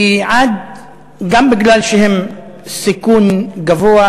גם בגלל שהם בסיכון גבוה,